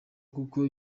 kuko